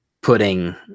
putting